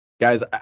Guys